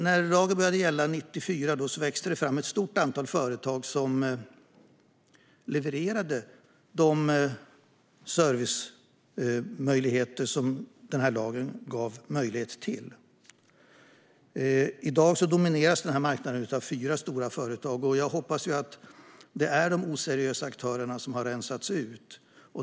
När lagen började att gälla, 1994, växte det fram ett stort antal företag som levererade den service som denna lag gav möjlighet till. I dag domineras marknaden av fyra stora företag. Jag hoppas att det är de oseriösa aktörerna som har rensats ut.